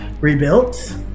rebuilt